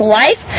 life